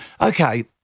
Okay